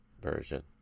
version